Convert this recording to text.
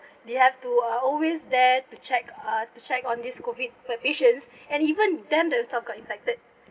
they have to uh always there to check uh to check on this COVID pa~ patients and even them themselves got infected